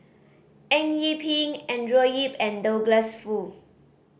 Eng Yee Peng Andrew Yip and Douglas Foo